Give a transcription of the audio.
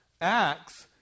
Acts